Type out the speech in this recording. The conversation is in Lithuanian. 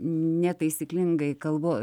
netaisyklingai kalbu